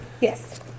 Yes